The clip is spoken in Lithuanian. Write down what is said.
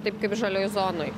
taip kaip žalioj zonoj